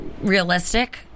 realistic